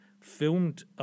filmed